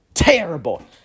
Terrible